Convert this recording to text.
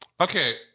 Okay